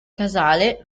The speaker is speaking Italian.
casale